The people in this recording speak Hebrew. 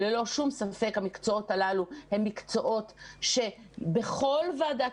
ללא שום ספק המקצועות הללו הם מקצועות שבכל ועדת